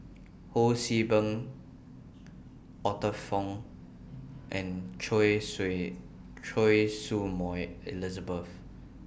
Ho See Beng Arthur Fong and Choy Choy Su Moi Elizabeth